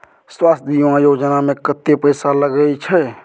स्वास्थ बीमा योजना में कत्ते पैसा लगय छै?